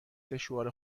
سشوار